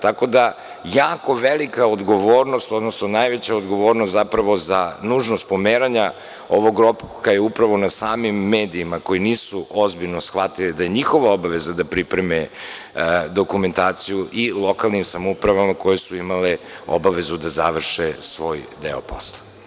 Tako da, jako velika odgovornost, odnosno najveća odgovornost zapravo za nužnost pomeranja ovog roka je upravo na samim medijima, koji nisu ozbiljno shvatili da je njihova obaveza da pripreme dokumentaciju, i lokalnim samoupravama, koje su imale obavezu da završe svoj deo posla.